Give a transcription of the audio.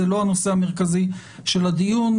זה לא הנושא המרכזי של הדיון.